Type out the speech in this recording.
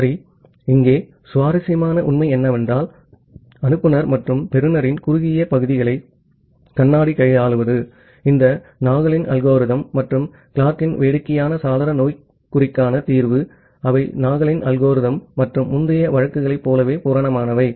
சரி இங்கே சுவாரஸ்யமான உண்மை என்னவென்றால் அனுப்புநர் மற்றும் பெறுநரின் குறுகிய பகுதிகளை கண்ணாடி கையாளுவது இந்த நாகலின் அல்கோரிதம்Nagle's algorithm மற்றும் கிளார்க்கின் தீர்வு Clark's solution சில்லி விண்டோ சின்ரோம்க்கான திர்வாகும் அவை நாகலின் அல்கோரிதம்Nagle's algorithm மற்றும் முந்தைய வழக்குகளைப் போலவே பூரணமானவை